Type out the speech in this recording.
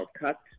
cut